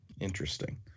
Interesting